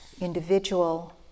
individual